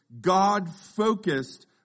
God-focused